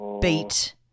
beat